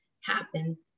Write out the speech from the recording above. happen